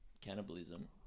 cannibalism